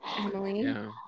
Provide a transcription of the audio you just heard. Emily